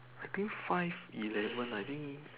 I think five eleven I think